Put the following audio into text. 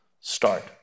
start